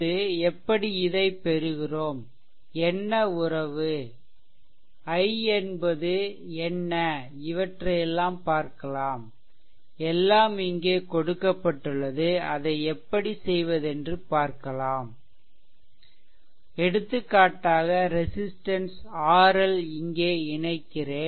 இதிலிருந்து எப்படி இதைப் பெறுகிறோம் என்ன உறவுI என்பது என்ன இவற்றை எல்லாம் பார்க்கலாம் எல்லாம் இங்கே கொடுக்கப்பட்டுள்ளது அதை எப்படி செய்வது என்று பார்க்கலாம் எடுத்துக்காட்டாக ரெசிஸ்ட்டன்ஸ் RL இங்கே இணைக்கிறேன்